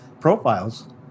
profiles